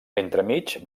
entremig